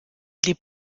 les